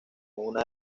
una